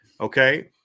Okay